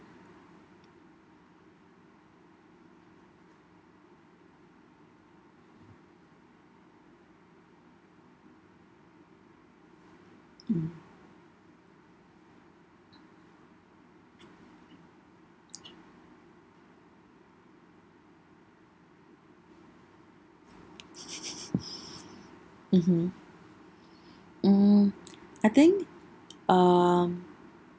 mm mmhmm mm I think um